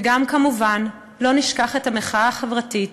וגם, כמובן, לא נשכח את המחאה החברתית,